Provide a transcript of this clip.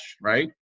right